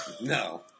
No